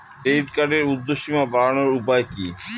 Credit কার্ডের উর্ধ্বসীমা বাড়ানোর উপায় কি?